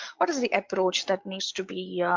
what is the approach that needs to be yeah